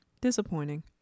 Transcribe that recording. disappointing